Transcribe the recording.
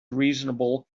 reasonable